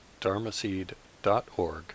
dharmaseed.org